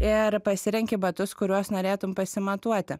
ir pasirenki batus kuriuos norėtum pasimatuoti